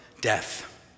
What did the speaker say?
death